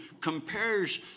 compares